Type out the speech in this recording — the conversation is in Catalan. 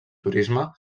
turisme